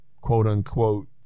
quote-unquote